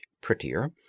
prettier